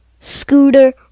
Scooter